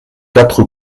quatre